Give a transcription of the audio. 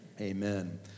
Amen